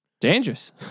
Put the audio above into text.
Dangerous